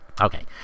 Okay